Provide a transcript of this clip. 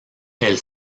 elle